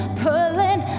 pulling